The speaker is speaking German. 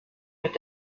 mit